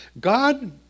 God